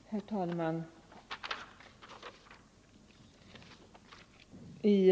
Herr talman!